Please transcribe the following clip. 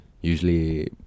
Usually